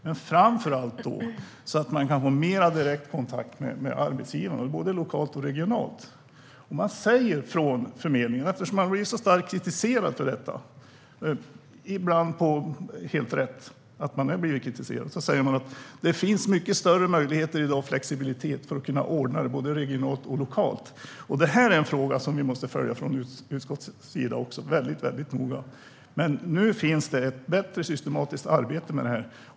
Men framför allt handlar det om att man ska kunna få en mer direkt kontakt med arbetsgivarna, både lokalt och regionalt. Eftersom förmedlingen har blivit starkt kritiserad för detta - ibland är det helt rätt att man har blivit kritiserad - säger man att det finns mycket större möjligheter och flexibilitet i dag när det gäller att ordna det både regionalt och lokalt. Det här är en fråga som vi måste följa väldigt noga från utskottets sida. Men nu finns det ett bättre systematiskt arbete med det.